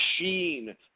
machine